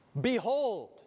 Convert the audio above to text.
Behold